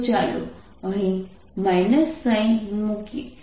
તો ચાલો અહીં સાઇન મૂકીએ